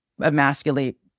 emasculate